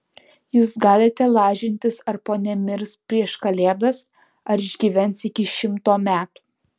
jūs galite lažintis ar ponia mirs prieš kalėdas ar išgyvens iki šimto metų